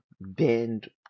bend